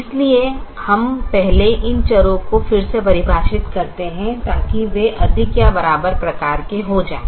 इसलिए हम पहले इन चर को फिर से परिभाषित करते हैं ताकि वे अधिक या बराबर प्रकार के हो जाएं